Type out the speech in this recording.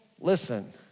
Listen